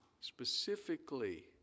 specifically